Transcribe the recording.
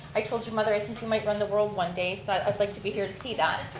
i told your mother, i think you might run the world one day, so i'd like to be here to see that.